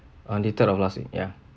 on the third of last week ya